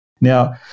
Now